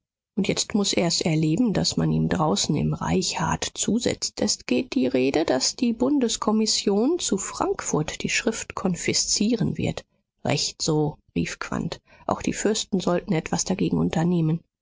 und jetzt muß er's erleben daß man ihm draußen im reich hart zusetzt es geht die rede daß die bundeskommission zu frankfurt die schrift konfiszieren wird recht so rief quandt auch die fürsten sollten etwas dagegen unternehmen